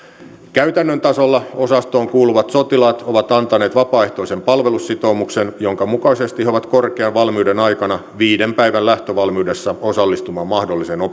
käytännön tasolla osastoon kuuluvat sotilaat ovat antaneet vapaaehtoisen palvelussitoumuksen jonka mukaisesti he ovat korkean valmiuden aikana viiden päivän lähtövalmiudessa osallistumaan mahdolliseen operaatioon